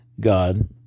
God